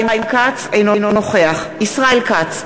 אינו נוכח ישראל כץ,